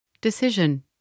Decision